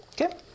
Okay